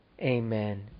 Amen